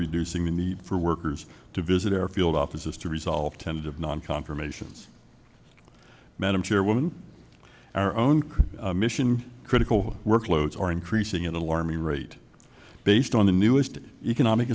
reducing the need for workers to visit our field offices to resolve tens of non confirmations madam chairwoman our own mission critical workloads are increasing in alarming rate based on the newest economic